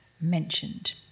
mentioned